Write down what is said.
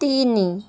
ତିନି